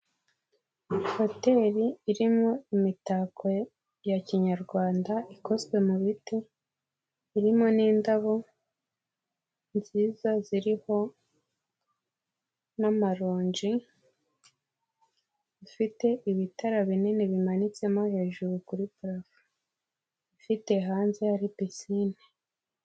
Hoteli irimo imitako ya Kinyarwanda ikozwe mu biti. Irimo n'indabo nziza ziriho n'amaronji. Ifite ibitara binini bimanitsemo hejuru kuri parafu. Ifite hanze hari pisine.